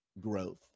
growth